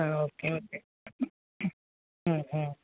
ആ okay okay